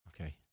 Okay